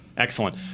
Excellent